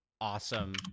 awesome